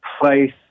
place